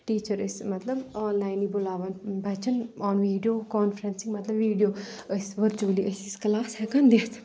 teacher ٲسۍ مطلب online بُلاوان بَچن آن ویٖڈیو کانفرؠنسنٛگ مطلب ویٖڈیو ٲسۍ ؤرچوؤلی ٲسۍ أسۍ کلاس ہؠکان دِتھ